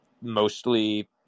mostly